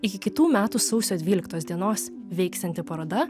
iki kitų metų sausio dvyliktos dienos veiksianti paroda